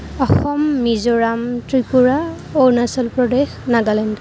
Assam Mizoram Tripura Arunachal Pradesh Nagaland